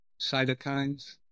cytokines